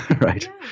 right